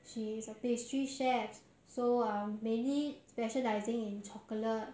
she's a pastry chef so uh mainly specialising in chocolate